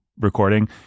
recording